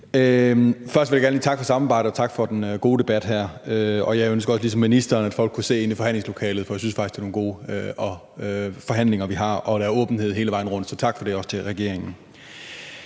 Først vil jeg gerne lige takke for samarbejdet og takke for den gode debat her. Jeg ville ligesom ministeren også ønske, at folk kunne se ind i forhandlingslokalet, for jeg synes faktisk, det er nogle gode forhandlinger, vi har, og der er åbenhed hele vejen rundt. Så tak for det også til regeringen.